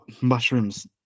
mushrooms